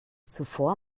zuvor